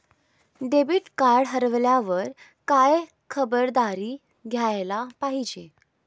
Debit card हरवल्यावर काय खबरदारी घ्यायला पाहिजे?